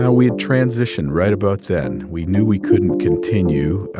ah we had transitioned right about then. we knew we couldn't continue.